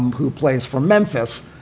um who plays for memphis,